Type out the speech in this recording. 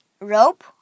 rope